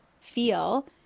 feel